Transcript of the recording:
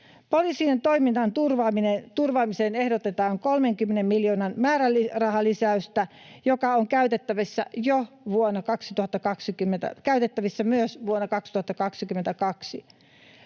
Poliisin toiminnan turvaamiseen ehdotetaan 30 miljoonan määrärahalisäystä, joka on käytettävissä myös vuonna 2022.